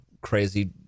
crazy